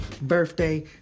birthday